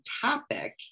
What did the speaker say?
topic